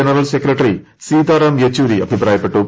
general secretary Sitaram Yechury അഭിപ്രായപ്പെട്ടു